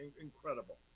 incredible